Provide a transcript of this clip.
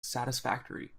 satisfactory